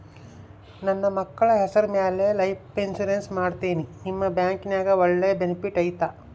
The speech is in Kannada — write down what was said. ನನ್ನ ಮಕ್ಕಳ ಹೆಸರ ಮ್ಯಾಲೆ ಲೈಫ್ ಇನ್ಸೂರೆನ್ಸ್ ಮಾಡತೇನಿ ನಿಮ್ಮ ಬ್ಯಾಂಕಿನ್ಯಾಗ ಒಳ್ಳೆ ಬೆನಿಫಿಟ್ ಐತಾ?